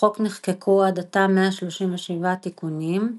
לחוק נחקקו עד עתה 137 תיקונים.